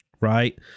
Right